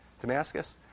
Damascus